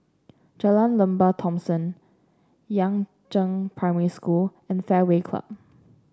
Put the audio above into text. Jalan Lembah Thomson Yangzheng Primary School and Fairway Club